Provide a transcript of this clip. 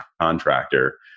contractor